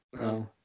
No